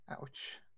Ouch